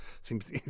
seems